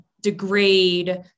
degrade